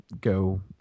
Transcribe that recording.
go